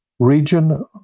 region